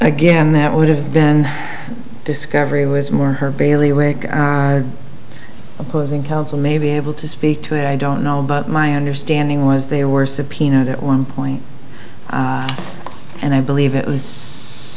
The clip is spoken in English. again that would have been discovery was more her balearic our opposing counsel may be able to speak to i don't know but my understanding was they were subpoenaed at one point and i believe it was